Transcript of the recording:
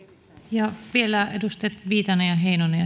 ja vielä edustajat viitanen ja heinonen